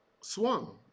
swung